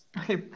Okay